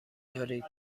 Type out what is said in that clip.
دارید